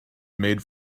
made